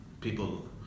people